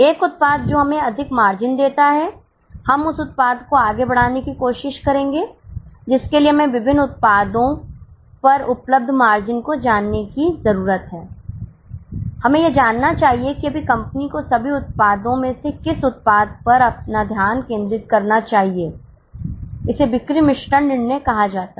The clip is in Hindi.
एक उत्पाद जो हमें अधिक मार्जिन देता है हम उस उत्पाद को आगे बढ़ाने की कोशिश करेंगे जिसके लिए हमें विभिन्न उत्पादों पर उपलब्ध मार्जिन को जानने की जरूरत है हमें यह जानना चाहिए कि अभी कंपनी को सभी उत्पादों में से किस उत्पाद पर ध्यान केंद्रित करना चाहिए इसे बिक्री मिश्रण निर्णय कहा जाता है